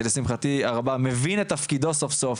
שלשמחתי הרבה מבין את תפקידו סוף סוף,